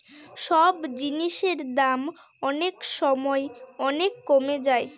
সব জিনিসের দাম অনেক সময় অনেক কমে যায়